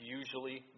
usually